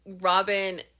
Robin